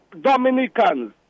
Dominicans